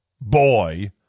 boy